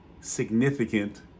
significant